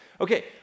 Okay